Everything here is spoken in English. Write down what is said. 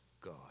God